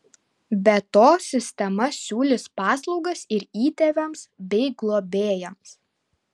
be to sistema siūlys paslaugas ir įtėviams bei globėjams